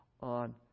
on